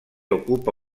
ocupa